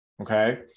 Okay